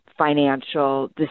financial